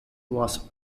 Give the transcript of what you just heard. was